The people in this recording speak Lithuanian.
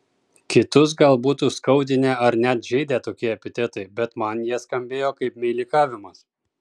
kitus gal būtų skaudinę ar net žeidę tokie epitetai bet man jie skambėjo kaip meilikavimas